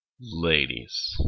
Ladies